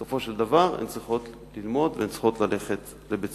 בסופו של דבר הן צריכות ללמוד והן צריכות ללכת לבית-הספר.